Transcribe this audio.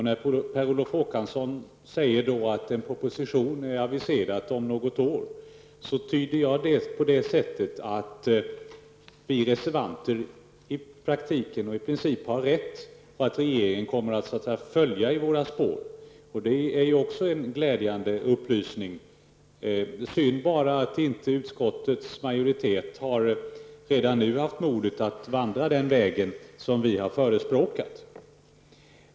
Per Olof Håkansson säger att en proposition är aviserad om något år. Jag tyder detta som att vi reservanter i praktiken i princip har rätt och att regeringen så att säga kommer att följa i våra spår. Det är också en glädjande upplysning. Det är bara synd att inte utskottsmajoriteten redan nu har haft modet att vandra den vägen som vi har förespråkat.